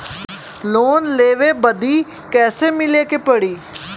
Loan लेवे बदी कैसे मिले के पड़ी?